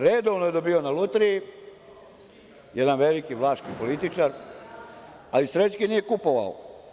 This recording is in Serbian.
Redovno je dobio na lutriji, jedan veliki Vlaški političar, ali srećke nije kupovao.